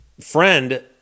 friend